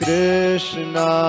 Krishna